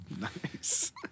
Nice